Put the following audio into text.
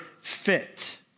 fit